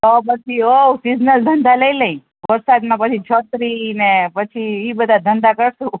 તો પછી હોવ સીઝનલ ધંધા લઇ લઈએ વરસાદમાં પછી છત્રીને પછી એ બધા ધંધા કરીશું